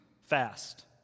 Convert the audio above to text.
fast